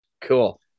cool